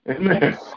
Amen